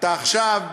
אתה עכשיו,